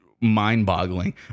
mind-boggling